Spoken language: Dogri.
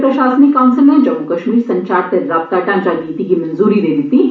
प्रशासनिक कोंसल नै जम्मू कश्मीर संचार ते राबता ढांचा नीति गी मंजूरी दित्ती ऐ